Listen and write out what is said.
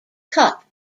cup